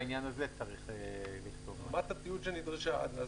רמת --- שנדרשה.